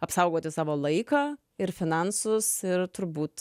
apsaugoti savo laiką ir finansus ir turbūt